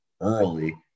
early